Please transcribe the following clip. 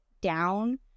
down